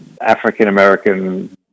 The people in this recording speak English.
African-American